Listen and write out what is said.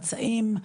מצעים,